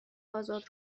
آزاد